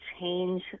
change